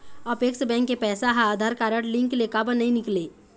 Apex bank के पैसा हा आधार कारड लिंक ले काबर नहीं निकले?